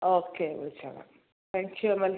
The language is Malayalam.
ഓക്കേ വിളിച്ചോളാം താങ്ക് യു അമൽ